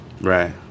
Right